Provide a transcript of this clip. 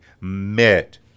met